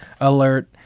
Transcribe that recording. alert